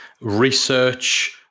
research